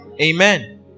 Amen